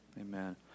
Amen